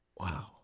Wow